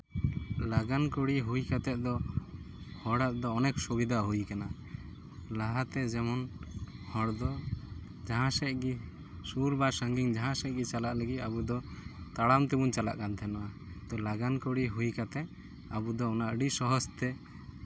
ᱞᱟᱜᱟᱱᱠᱟᱹᱨᱤ ᱦᱩᱭ ᱠᱟᱛᱮᱫ ᱫᱚ ᱦᱚᱲᱟᱜ ᱫᱚ ᱚᱱᱮᱠ ᱥᱩᱵᱤᱫᱷᱟ ᱦᱩᱭ ᱟᱠᱟᱱᱟ ᱞᱟᱦᱟᱛᱮ ᱡᱮᱢᱚᱱ ᱦᱚᱲᱫᱚ ᱡᱟᱦᱟᱸ ᱥᱮᱫ ᱜᱮ ᱥᱩᱨ ᱵᱟ ᱥᱟᱺᱜᱤᱧ ᱡᱟᱦᱟᱸ ᱥᱮᱫ ᱜᱮ ᱪᱟᱞᱟᱜ ᱞᱟᱹᱜᱤᱫ ᱟᱵᱚ ᱫᱚ ᱛᱟᱲᱟᱢ ᱛᱮᱵᱚᱱ ᱪᱟᱞᱟᱜ ᱠᱟᱱ ᱛᱟᱦᱮᱱᱟ ᱛᱳ ᱞᱟᱜᱟᱱ ᱠᱟᱹᱨᱤ ᱦᱩᱭ ᱠᱟᱛᱮᱫ ᱟᱵᱚᱫᱚ ᱩᱱᱟᱹᱜ ᱟᱹᱰᱤ ᱥᱚᱦᱚᱡᱽ ᱛᱮ